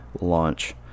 launch